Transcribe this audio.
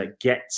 get